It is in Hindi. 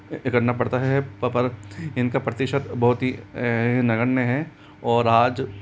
करना पड़ता है इनका प्रतिशत बहुत ही नगण्य हैं और आज